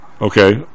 Okay